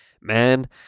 Man